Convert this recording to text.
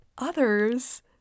Others